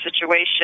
situation